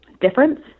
difference